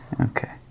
Okay